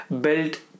Built